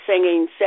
singing